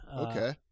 Okay